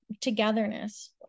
Togetherness